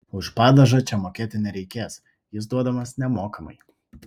už padažą čia mokėti nereikės jis duodamas nemokamai